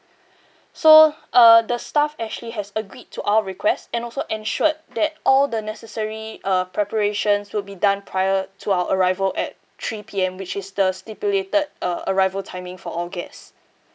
so uh the staff ashley has agreed to our request and also ensured that all the necessary uh preparations to be done prior to our arrival at three P_M which is the stipulated uh arrival timing for all guests